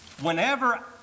whenever